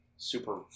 Super